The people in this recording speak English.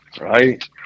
right